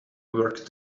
work